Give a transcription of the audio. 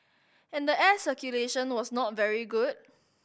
and the air circulation was not very good